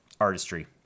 artistry